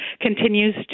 continues